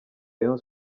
rayon